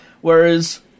whereas